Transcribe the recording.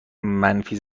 منفی